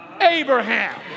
Abraham